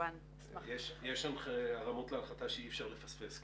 יש הרמות להנחתה שאי אפשר לפספס.